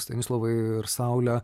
stanislovai ir saule